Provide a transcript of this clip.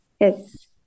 Yes